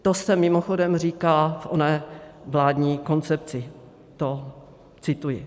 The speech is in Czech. To se mimochodem říká v oné vládní koncepci, to cituji.